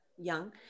young